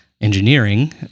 engineering